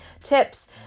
tips